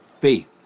faith